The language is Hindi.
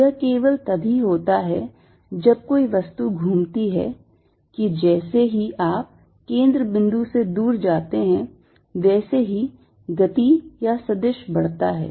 यह केवल तभी होता है जब कोई वस्तु घूमती है कि जैसे ही आप केंद्र बिंदु से दूर जाते हैं वैसे ही गति या सदिश बढ़ता है